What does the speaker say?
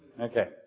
Okay